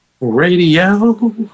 Radio